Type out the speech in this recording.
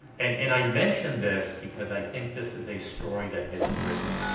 and and i mention this because i think this is a story that isn't written,